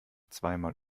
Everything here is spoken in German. zweimal